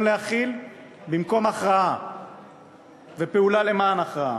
להכיל במקום הכרעה ופעולה למען הכרעה.